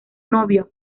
novio